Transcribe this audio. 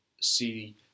see